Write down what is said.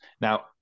Now